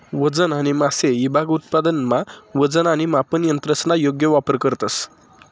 वजन आणि मापे ईभाग उत्पादनमा वजन आणि मापन यंत्रसना योग्य वापर करतंस